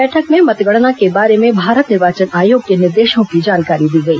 बैठक में मतगणना के बारे में भारत निर्वाचन आयोग के निर्देशों की जानकारी दी गई